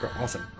awesome